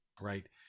right